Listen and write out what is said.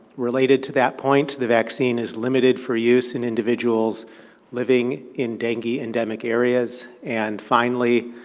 related to that point, the vaccine is limited for use in individuals living in dengue-endemic areas, and finally,